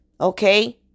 Okay